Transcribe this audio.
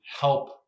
help